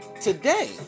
today